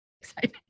exciting